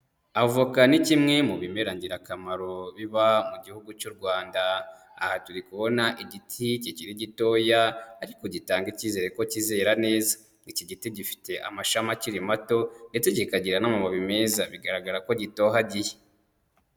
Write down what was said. Avoka ni kimwe mu bimera ngirakamaro biba mu gihugu cy'u Rwanda, aha turi kubona igiti kikiri gitoya ariko gitanga icyizere ko kizera neza, iki giti gifite amashami akiri mato ndetse kikagira n'amababi meza bigaragara ko gitohagiye.